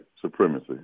supremacy